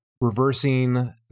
reversing